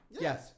Yes